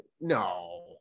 No